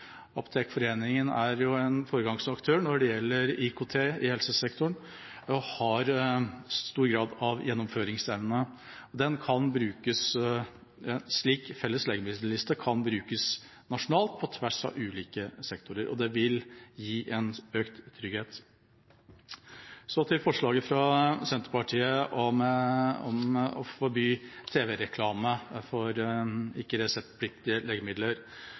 er en foregangsaktør når det gjelder IKT i helsesektoren, og har stor grad av gjennomføringsevne. En slik felles digital legemiddelliste kan brukes nasjonalt på tvers av ulike sektorer, og det vil gi økt trygghet. Så til forslaget fra Senterpartiet om å forby tv-reklame for ikke-reseptpliktige legemidler.